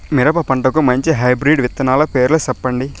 మిరప పంటకు మంచి హైబ్రిడ్ విత్తనాలు పేర్లు సెప్పండి?